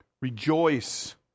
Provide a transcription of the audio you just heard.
Rejoice